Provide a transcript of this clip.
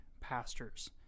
pastors